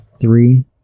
Three